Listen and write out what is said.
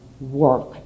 work